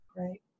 Right